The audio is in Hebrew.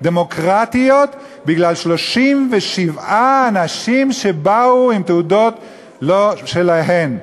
דמוקרטיות בגלל 37 אנשים שבאו עם תעודות לא שלהם.